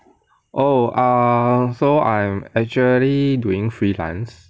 oh err so I am actually doing freelance